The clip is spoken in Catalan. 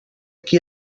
qui